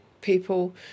people